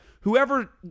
whoever